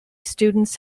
students